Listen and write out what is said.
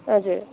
हजुर